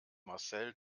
marcel